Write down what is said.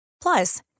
Plus